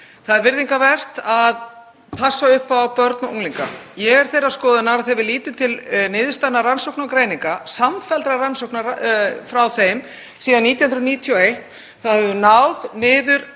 Það er virðingarvert að passa upp á börn og unglinga. Ég er þeirrar skoðunar að þegar við lítum til niðurstaðna Rannsókna og greininga, samfelldra rannsókna frá þeim síðan 1991, þá höfum við náð